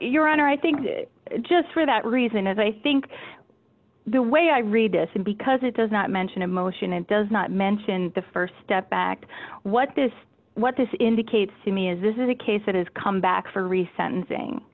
your honor i think just for that reason as i think the way i read this and because it does not mention emotion it does not mention the st step back what this what this indicates to me is this is a case that has come back for re sentencing